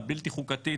הבלתי חוקתית,